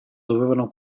dovevano